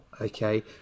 okay